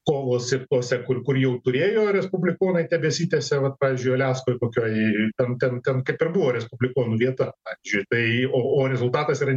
kovos ir tuose kur kur jau turėjo respublikonai tebesitęsia vat pavyzdžiui aliaskoj kokioj ten ten ten kaip ir buvo respublikonų vieta pavyzdžiui tai o rezultatas yra